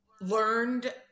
learned